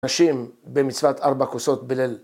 ‫נשים במצוות ארבע כוסות בליל...